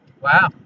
Wow